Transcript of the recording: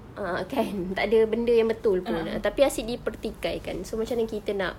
a'ah kan tak ada benda yang betul pun tapi asyik dipertikaikan so macam mana kita nak